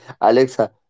Alexa